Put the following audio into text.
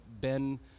Ben